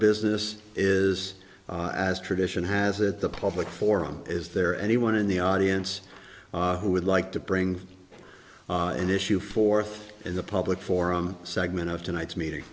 business is as tradition has it the public forum is there anyone in the audience who would like to bring an issue forth in the public forum segment of tonight's meeting